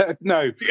No